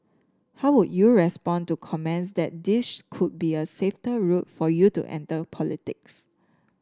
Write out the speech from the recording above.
how would you respond to comments that this could be a safer route for you to enter politics